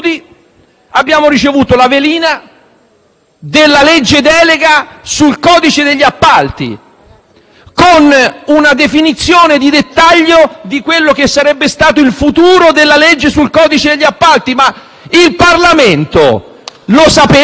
della legge delega sul codice degli appalti con una definizione di dettaglio di quello che sarebbe stato il futuro della legge sul codice degli appalti. Il Parlamento sapete dove è?